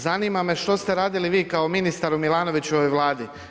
Zanima me što ste radili bi kao ministar u Milanovićevoj Vladi?